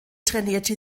trainierte